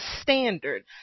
standard